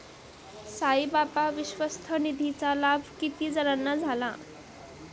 साईबाबा विश्वस्त निधीचा लाभ किती जणांना झाला?